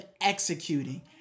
executing